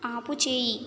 ఆపుచేయి